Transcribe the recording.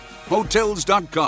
Hotels.com